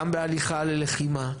גם בהליכה ללחימה,